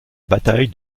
bataille